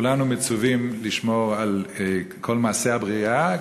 כולנו מצווים לשמור על כל מעשי הבריאה,